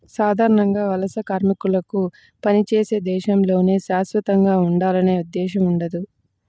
సాధారణంగా వలస కార్మికులకు పనిచేసే దేశంలోనే శాశ్వతంగా ఉండాలనే ఉద్దేశ్యం ఉండదు